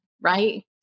right